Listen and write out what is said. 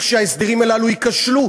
לכשההסדרים הללו ייכשלו,